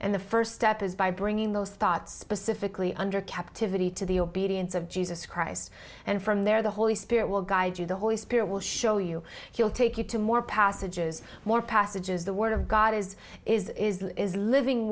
and the first step is by bringing those thoughts specifically under captivity to the obedience of jesus christ and from there the holy spirit will guide you the holy spirit will show you he'll take you to more passages more passages the word of god as is is living